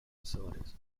facilities